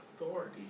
authority